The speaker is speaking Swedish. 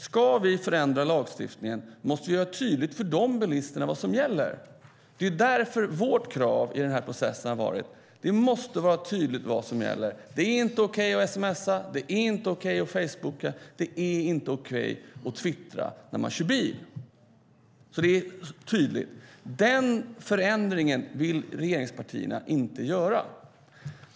Ska vi förändra lagstiftningen måste vi göra tydligt för de bilisterna vad som gäller. Det är därför vårt krav i den här processen har varit att det måste vara tydligt vad som gäller. Det är inte okej att sms:a, det är inte okej att facebooka och det är inte okej att twittra när man kör bil. Den förändringen vill regeringspartierna inte göra.